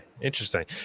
Interesting